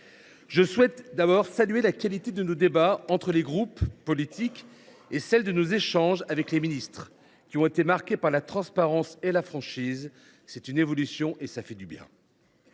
Je souhaite d’abord saluer la qualité de nos débats entre groupes politiques et celle de nos échanges avec les ministres, qui ont été marqués par la transparence et la franchise. C’est une évolution qui fait du bien